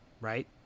right